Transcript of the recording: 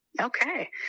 okay